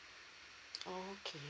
oh okay